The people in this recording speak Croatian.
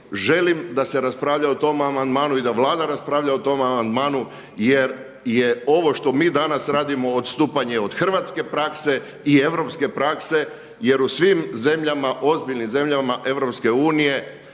želim da se raspravlja o tom amandmanu i da Vlada raspravlja o tom amandmanu jer je ovo što mi danas radimo odstupanje od hrvatske prakse i europske prakse jer u svim zemljama, ozbiljnim zemljama EU neoporezivi